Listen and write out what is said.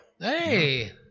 Hey